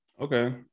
Okay